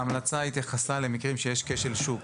ההמלצה התייחסה למקרים שיש כשל שוק.